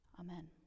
Amen